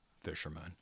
fisherman